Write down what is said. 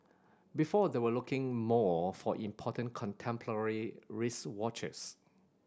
before they were looking more for important contemporary wristwatches